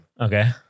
Okay